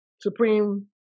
Supreme